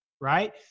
right